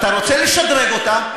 אתה רוצה לשדרג אותה,